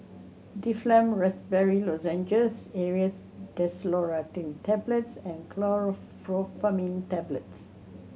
Difflam Raspberry Lozenges Aerius Desloratadine Tablets and Chlorpheniramine Tablets